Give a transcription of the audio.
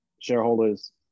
Shareholders